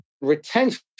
retention